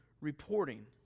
reporting